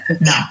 no